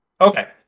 Okay